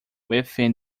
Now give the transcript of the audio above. within